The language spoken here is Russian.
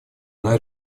она